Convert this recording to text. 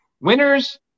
Winners